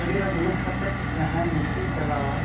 ᱟᱨᱤᱨᱮ ᱫᱩᱲᱩᱵ ᱠᱟᱛᱮᱫ ᱡᱟᱦᱟᱸᱭ ᱱᱤᱛᱤ ᱪᱟᱞᱟᱣᱟᱭ